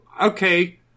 okay